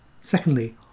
Secondly